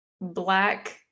black